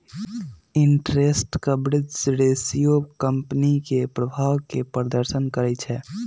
interest coverage ratio company के प्रभाव के प्रदर्शन करइ छै